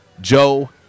Joe